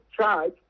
charge